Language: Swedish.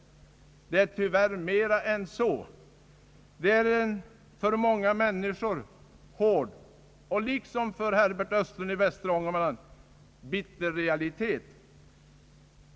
Det är tyvärr mera än så. Det är en för många människor hård och liksom för Herbert Östlund i västra Ångermanland bitter realitet.